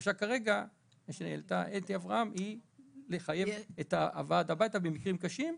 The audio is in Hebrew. הבקשה כרגע שהעלתה אתי אברהם היא לחייב הבאה הביתה במקרים קשים.